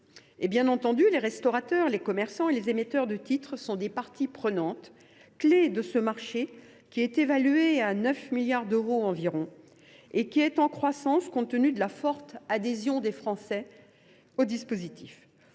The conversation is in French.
bien entendu, les restaurateurs, les commerçants et les émetteurs de titres sont des parties prenantes clés de ce marché, qui est évalué à 9 milliards d’euros environ et qui se trouve en croissance compte tenu de la forte adhésion des Français au dispositif.